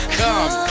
come